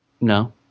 No